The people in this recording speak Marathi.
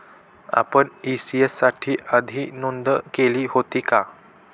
आपण इ.सी.एस साठी आधी नोंद केले होते का?